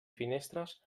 finestres